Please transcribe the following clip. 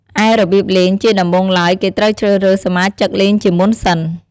ឯរបៀបលេង ជាដំបូងឡើយ គេត្រូវជ្រើសរើសសមាជិកលេងជាមុនសិន។